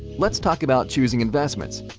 let's talk about choosing investments.